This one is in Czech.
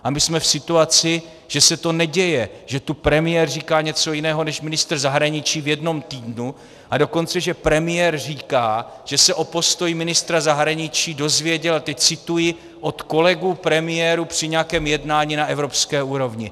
A my jsme v situaci, že se to neděje, že tu premiér říká něco jiného než ministr zahraničí v jednom týdnu, a dokonce že premiér říká, že se o postoji ministra zahraničí dozvěděl, a teď cituji, od kolegů premiérů při nějakém jednání na evropské úrovni.